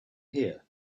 here